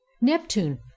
neptune